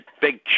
big